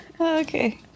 Okay